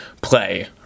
play